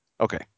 Okay